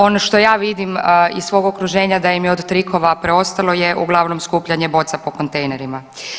Ono što ja vidim iz svog okruženja da im je od trikova preostalo je uglavnom skupljanje boca po kontejnerima.